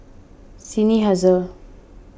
Seinheiser